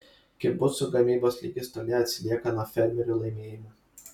kibucų gamybos lygis toli atsilieka nuo fermerių laimėjimų